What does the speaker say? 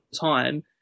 time